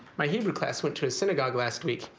my hebrew class went to his synagogue last week.